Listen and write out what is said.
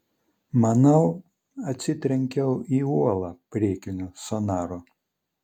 manau atsitrenkiau į uolą priekiniu sonaru